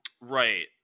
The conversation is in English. Right